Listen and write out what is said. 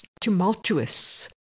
tumultuous